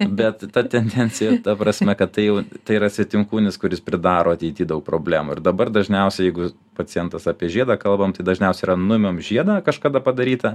bet ta tendencija ta prasme kad tai jau yra svetimkūnis kuris pridaro ateity daug problemų ir dabar dažniausia jeigu pacientas apie žiedą kalbam tai dažniausia yra nuimam žiedą kažkada padarytą